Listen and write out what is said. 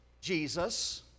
Jesus